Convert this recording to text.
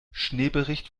schneebericht